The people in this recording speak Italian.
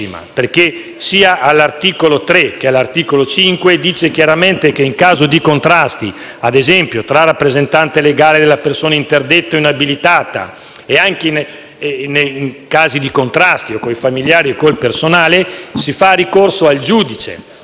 perché, sia all'articolo 3 che all'articolo 5, dice chiaramente che, in caso di contrasti, ad esempio, tra il rappresentante legale della persona interdetta o inabilitata e il familiare o con il personale, si fa ricorso al giudice